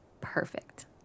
perfect